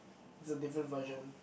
is a different version